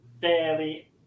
fairly